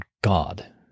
God